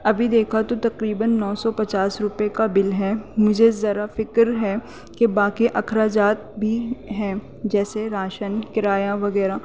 ابھی دیکھا تو تقریباً نو سو پچاس روپے کا بل ہے مجھے ذرا فکر ہے کہ باقی اخراجات بھی ہیں جیسے راشن کرایہ وغیرہ